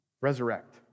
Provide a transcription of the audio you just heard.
resurrect